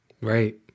Right